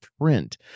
print